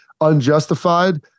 unjustified